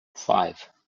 five